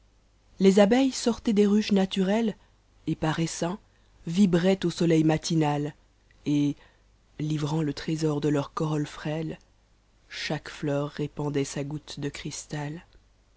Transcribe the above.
les abeilles sortatent des raches naturelles et par essaims vibraient au soleil matinal et livrant le trésor de leurs corolles frètes chaque fleur répandait sa goutte de cristal